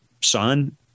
son